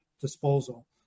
disposal